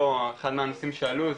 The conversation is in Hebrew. אחד מהנושאים שעלו,